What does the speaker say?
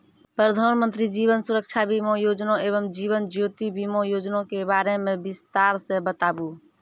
प्रधान मंत्री जीवन सुरक्षा बीमा योजना एवं जीवन ज्योति बीमा योजना के बारे मे बिसतार से बताबू?